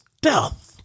death